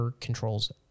controls